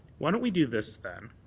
why don't we do this, then